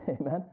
Amen